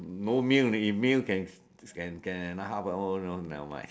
no meal if meal can can another half hour know never mind